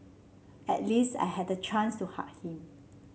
at least I had a chance to hug him